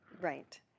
Right